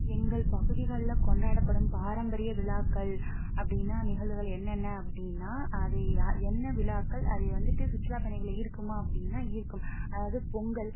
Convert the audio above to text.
எங்கள் பகுதிகளில் கொண்டாடப்படும் பாரம்பரிய விழாக்கள் அப்படினா நிகழ்வுகள் என்னென்ன அப்படினா அது யா என்ன விழாக்கள் அது வந்துவிட்டு சுற்றுலா பயணிகளை ஈர்க்குமா அப்படின்னா ஈர்க்கும் அதாவது பொங்கல்